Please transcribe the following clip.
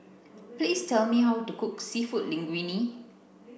please tell me how to cook Seafood Linguine